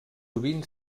sovint